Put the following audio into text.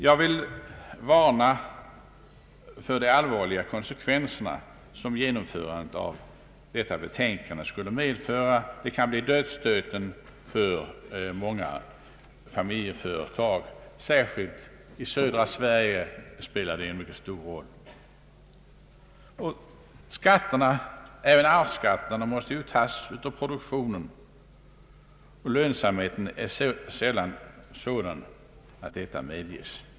Jag vill varna för de allvarliga konsekvenser som genomförandet av detta betänkande skulle medföra. Det kan bli dödsstöten för många familjeföretag, särskilt i södra Sverige. Skatterna — även arvsskatterna — måste ju betalas av medel som produktionen ger, och lönsamheten är sällan sådan att detta medges.